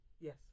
Yes